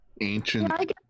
Ancient